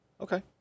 Okay